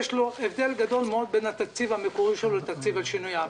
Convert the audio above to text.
יש לו הבדל גדול מאוד בין התקציב המקורי שלו לתקציב על שינוייו.